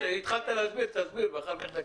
התחלת להסביר, תסביר ואחר כך תקריא.